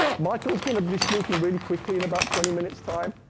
michael's gonna be speaking really quickly in about twenty minutes time.